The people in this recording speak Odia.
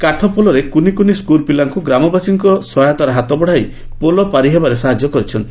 କାଠପୋଲରେ କୁନି କୁନି ସ୍କୁଲ ପିଲାଙ୍କୁ ଗ୍ରାମବାସୀ ସହାୟତାର ହାତ ବଢାଇ ପୋଲ ପାରି ହେବାରେ ସାହାଯ୍ୟ କରିଛନ୍ତି